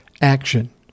action